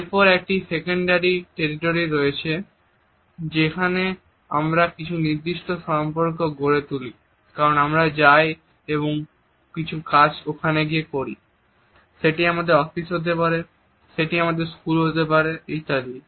এরপর একটি secondary territory রয়েছে যেখানে আমরা কিছু নির্দিষ্ট সম্পর্ক গড়ে তুলি কারণ আমরা যাই এবং কিছু কাজ ওখানে গিয়ে করি সেটি আমাদের অফিস হতে পারে সেটি আমাদের স্কুল হতে পারে ইত্যাদি